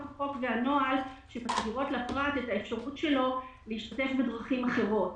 והנוהל שמסבירות לפרט את האפשרות שלו להשתתף בדרכים אחרות,